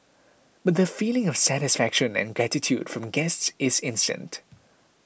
but the feeling of satisfaction and gratitude from guests is instant